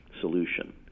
solution